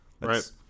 Right